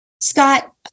Scott